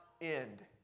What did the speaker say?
end